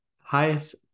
highest